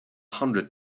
hundred